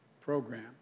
program